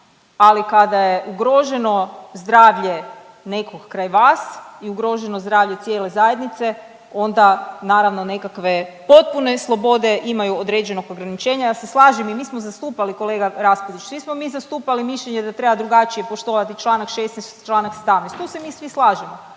ali kada je ugroženo zdravlje nekog kraj vas i ugroženo zdravlje cijele zajednice onda naravno nekakve potpune slobode imaju određenog ograničenja. Ja se slažem i mi smo zastupali kolega Raspudić, svi smo mi zastupali mišljenje da treba drugačije poštovati članak 16. i članak 17. Tu se mi svi slažemo,